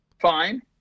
fine